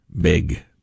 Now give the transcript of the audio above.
big